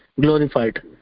glorified